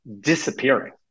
disappearing